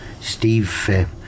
Steve